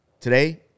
today